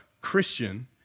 Christian